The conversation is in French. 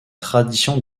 tradition